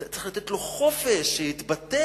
צריך לתת לו חופש, שיתבטא.